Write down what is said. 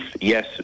Yes